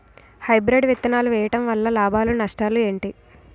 Hybrid విత్తనాలు వేయటం వలన లాభాలు నష్టాలు ఏంటి?